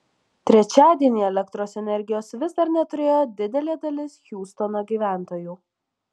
trečiadienį elektros energijos vis dar neturėjo didelė dalis hiūstono gyventojų